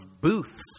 Booths